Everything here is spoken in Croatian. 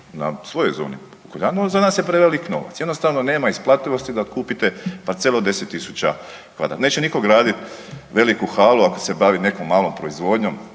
na svojoj zoni, za nas je prevelik novac, jednostavno nema isplativosti da kupite parcelu od 10 tisuća kvadrata. Neće nitko graditi veliku halu ako se bavi nekom malom proizvodnjom,